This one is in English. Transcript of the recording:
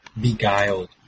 Beguiled